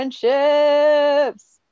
friendships